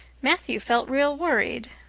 matthew felt real worried.